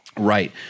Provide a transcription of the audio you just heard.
Right